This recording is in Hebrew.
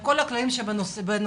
עם כל הכללים שבנושא,